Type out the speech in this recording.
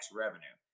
revenue